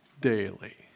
daily